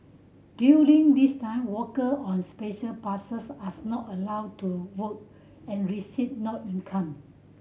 during this time worker on Special Passes as not allowed to work and receive no income